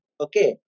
Okay